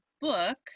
book